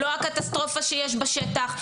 לא הקטסטרופה שיש בשטח,